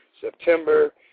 September